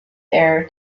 error